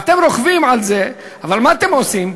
אתם רוכבים על זה, אבל מה אתם עושים?